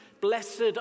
blessed